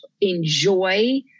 enjoy